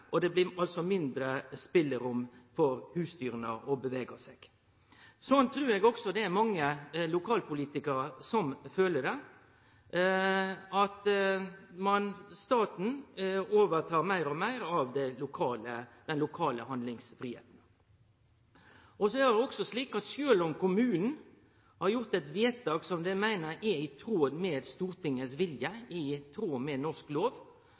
og det blir mindre spelerom for husdyra. Slik trur eg også det er mange lokalpolitikarar som føler det, at staten overtek meir og meir av den lokale handlingsfridomen. Det er også slik at sjølv om kommunen har gjort eit vedtak som ein meiner er i tråd med Stortinget sin vilje, i tråd med norsk lov,